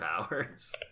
powers